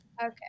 Okay